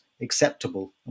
acceptable